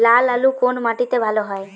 লাল আলু কোন মাটিতে ভালো হয়?